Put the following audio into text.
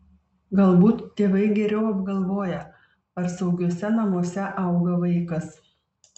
galbūt tėvai geriau apgalvoja ar saugiuose namuose auga vaikas